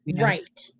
Right